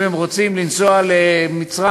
אם הם רוצים לנסוע למצרים,